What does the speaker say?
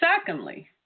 Secondly